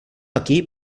aquí